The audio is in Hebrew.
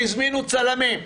שהזמינו צלמים,